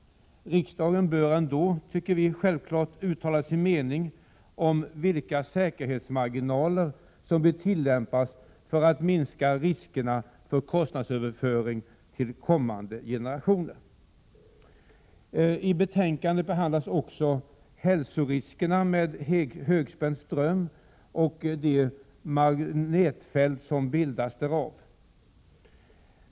Riksdagen bör ändå — självfallet — uttala sin mening om vilka säkerhetsmarginaler som bör tillämpas för att minska riskerna för kostnadsöverföringar till kommande generationer. I betänkandet behandlas också hälsoriskerna med högspänd ström och de magnetfält som bildas därav.